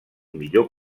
millor